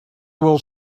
will